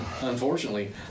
Unfortunately